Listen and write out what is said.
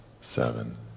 seven